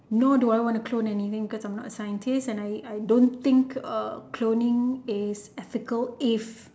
nor do I want to clone anything cause I'm not a scientist and I I don't think uh cloning is ethical if